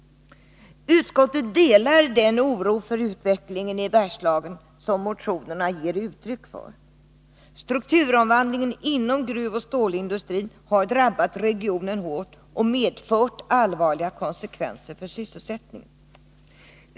Utskottet delar den oro för utvecklingen i Bergslagen som motionerna ger uttryck för. Strukturomvandlingen inom gruvoch stålindustrin har drabbat regionen hårt och medfört allvarliga konsekvenser för sysselsättningen.